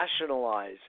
nationalize